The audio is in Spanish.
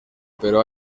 pero